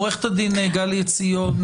עוה"ד גלי עציון,